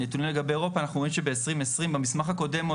הנתונים לגבי אירופה אנחנו רואים שב-20/20 במסמך הקודם,